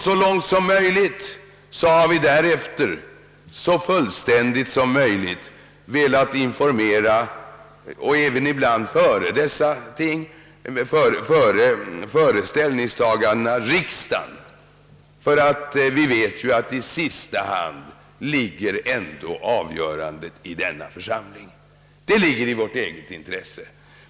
Därefter har vi — ibland också före ställningstagandena — så fullständigt som möjligt velat informera riksdagen; vi vet ju att avgörandet ändå i sista hand ligger hos denna församling. Allt detta ligger i vårt eget intresse.